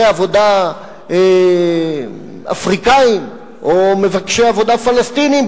עבודה אפריקנים או מבקשי עבודה פלסטינים,